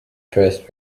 first